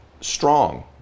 Strong